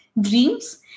dreams